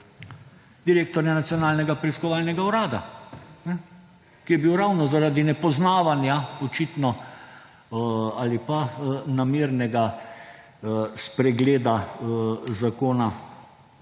direktorja Nacionalnega preiskovalnega urada, ki je bil ravno zaradi nepoznavanja, očitno, ali pa namernega spregleda zakona